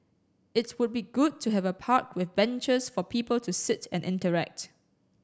it would be good to have a park with benches for people to sit and interact